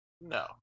No